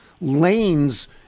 lanes